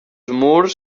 murs